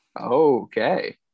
okay